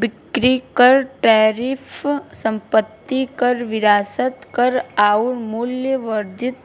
बिक्री कर टैरिफ संपत्ति कर विरासत कर आउर मूल्य वर्धित